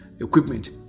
equipment